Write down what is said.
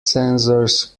sensors